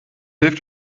hilf